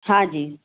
हाँ जी